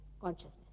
consciousness